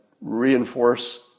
reinforce